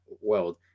world